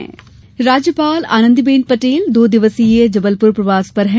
राज्यपाल राज्यपाल आनंदीबेन पटेल दो दिवसीय जबलपुर प्रवास पर है